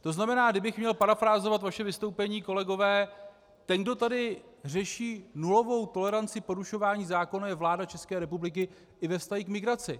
To znamená, kdybych měl parafrázovat vaše vystoupení, kolegové, ten, kdo tady řeší nulovou toleranci porušování zákonů, je vláda České republiky i ve vztahu k migraci.